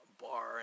bar